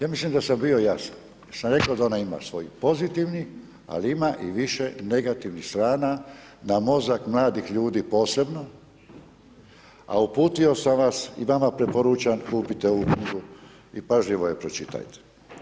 Ja mislim da sam bio jasan, ja sam rekao da ona ima svoj pozitivni, ali ima i više negativnih strana, na mozak mladih ljudi posebno, a uputio sam vas, i vama preporučam kupite ovu knjigu i pažljivo je pročitajte.